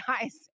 guys